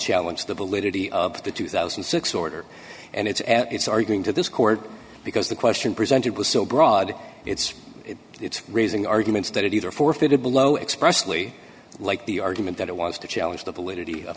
challenge the validity of the two thousand and six order and it's at it's are going to this court because the question presented was so broad it's it's raising arguments that it either forfeited below expressly like the argument that it wants to challenge the validity of